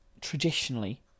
traditionally